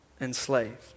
enslaved